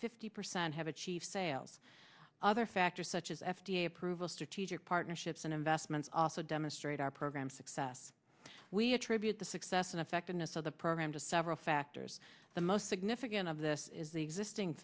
fifty percent have achieved sales other factors such as f d a approval strategic partnerships and investments also demonstrate our program success we attribute the success and effectiveness of the program to several factors the most significant of this is the existing